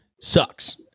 sucks